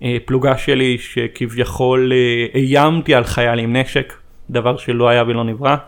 הפלוגה שלי שכביכול איימתי על חייל עם נשק, דבר שלא היה ולא נברא